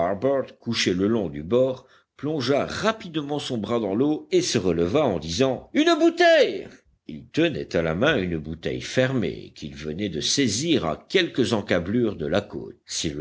couché le long du bord plongea rapidement son bras dans l'eau et se releva en disant une bouteille il tenait à la main une bouteille fermée qu'il venait de saisir à quelques encablures de la côte